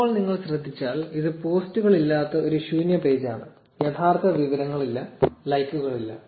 1256 ഇപ്പോൾ നിങ്ങൾ ശ്രദ്ധിച്ചാൽ ഇത് പോസ്റ്റുകളില്ലാത്ത ഒരു ശൂന്യ പേജാണ് യഥാർത്ഥ വിവരങ്ങളില്ല ലൈക്കുകളില്ല